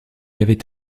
avait